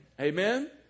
Amen